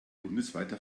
bundesweiter